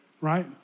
right